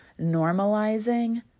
normalizing